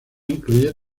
incluye